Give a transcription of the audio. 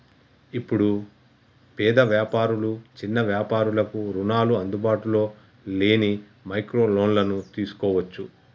ఇప్పుడు పేద వ్యాపారులు చిన్న వ్యాపారులకు రుణాలు అందుబాటులో లేని మైక్రో లోన్లను తీసుకోవచ్చు